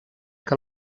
que